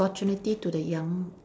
opportunity to the young